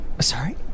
Sorry